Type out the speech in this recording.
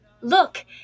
Look